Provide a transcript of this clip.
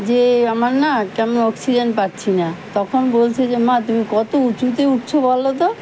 যে আমার না কেমন অক্সিজেন পাচ্ছি না তখন বলছে যে মা তুমি কত উঁচুতে উঠছো বলো তো